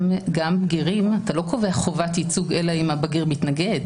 גם לגבי בגירים אתה לא קובע חובת ייצוג אלא אם הבגיר מתנגד.